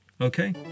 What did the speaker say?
Okay